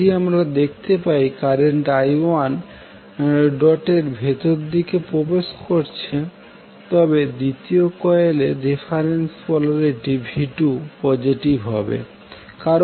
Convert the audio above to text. যদি আমরা দেখতে পাই কারেন্ট i1ডট এর ভেতরের দিকে প্রবেশ করছে তবে দ্বিতীয় কয়েল ের রেফারেন্স পোলারিটি v2 পজেটিভ হবে